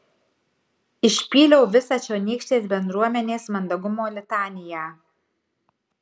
išpyliau visą čionykštės bendruomenės mandagumo litaniją